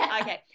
okay